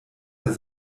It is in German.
der